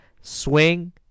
swing